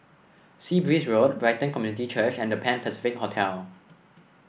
Sea Breeze Road Brighton Community Church and The Pan Pacific Hotel